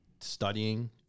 studying